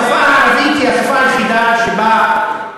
השפה הערבית היא השפה היחידה שבה,